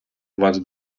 вас